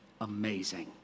Amazing